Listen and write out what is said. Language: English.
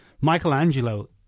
Michelangelo